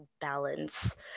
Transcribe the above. balance